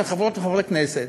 כחברות וחברי כנסת,